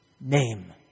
name